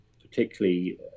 particularly